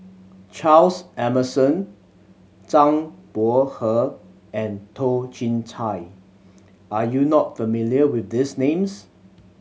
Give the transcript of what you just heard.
Charles Emmerson Zhang Bohe and Toh Chin Chye are you not familiar with these names